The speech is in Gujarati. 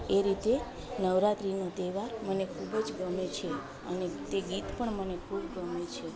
એ રીતે નવરાત્રીનો તહેવાર મને ખૂબ જ ગમે છે અને તે ગીત પણ મને ખૂબ ગમે છે